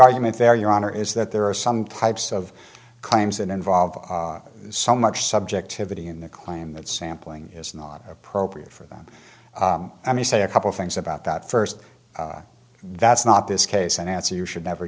argument there your honor is that there are some types of claims that involve some much subjectivity in the claim that sampling is not appropriate for them i mean a couple things about that first that's not this case and answer you should never